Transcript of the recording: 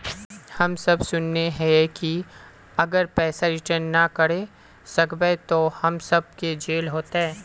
हम सब सुनैय हिये की अगर पैसा रिटर्न ना करे सकबे तो हम सब के जेल होते?